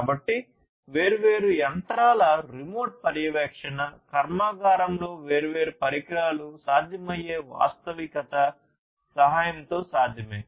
కాబట్టి వేర్వేరు యంత్రాల రిమోట్ పర్యవేక్షణ కర్మాగారంలో వేర్వేరు పరికరాలు సాధ్యమయ్యే వాస్తవికత సహాయంతో సాధ్యమే